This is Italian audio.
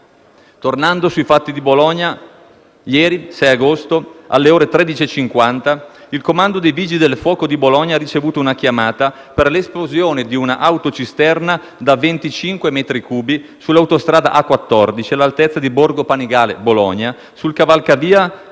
Tornando sui fatti di Bologna, ieri, 6 agosto, alle ore 13,50, il comando dei Vigili del fuoco di Bologna ha ricevuto una chiamata per l'esplosione di una autocisterna da 25 metri cubi sull'autostrada A14, all'altezza di Borgo Panigale (Bologna), sul cavalcavia